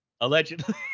allegedly